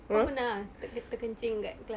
kau pernah ah terkencing kat class